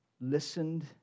listened